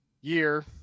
year